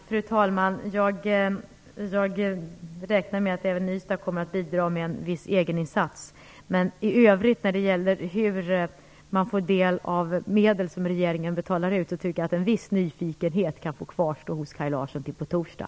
Fru talman! Jag räknar med att även Ystad kommer att bidra med en viss egeninsats. I övrigt när det gäller hur man får del av medel som regeringen betalar ut tycker jag att en viss nyfikenhet kan få kvarstå hos Kaj Larsson till på torsdag.